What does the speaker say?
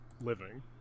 living